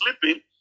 sleeping